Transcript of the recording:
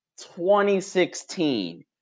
2016